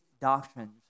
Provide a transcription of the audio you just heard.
doctrines